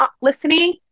listening